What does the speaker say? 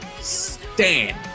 stand